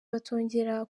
batongera